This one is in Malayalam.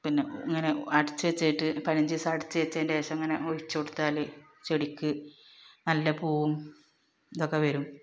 പിന്നെ ഇങ്ങനെ അടച്ച് വെച്ചിട്ട് പതിനഞ്ച് ദിവസം അടച്ച് വച്ചതിൻ്റെ ശേഷം ഇങ്ങനെ ഒഴിച്ച് കൊടുത്താൽ ചെടിക്ക് നല്ല പൂവും ഇതൊക്കെ വരും